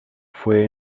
fue